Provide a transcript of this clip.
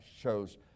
Shows